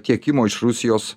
tiekimo iš rusijos